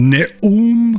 Ne'um